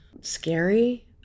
scary